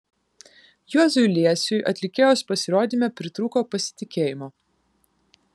juozui liesiui atlikėjos pasirodyme pritrūko pasitikėjimo